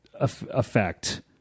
effect